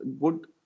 good